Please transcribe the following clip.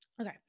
Okay